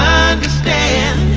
understand